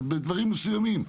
בדברים מסוימים.